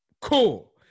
cool